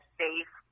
safe